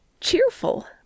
cheerful